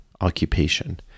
occupation